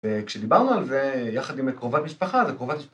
וכשדיברנו על זה יחד עם קרובת משפחה, זה קרובת משפחה.